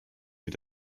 mit